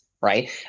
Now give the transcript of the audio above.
right